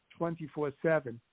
24-7